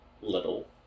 little